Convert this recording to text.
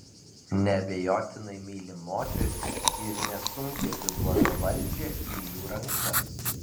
neabejotinai myli moteris ir nesunkiai atiduoda valdžią į jų rankas